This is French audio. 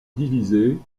divisés